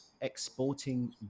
exporting